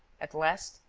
at last,